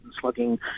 slugging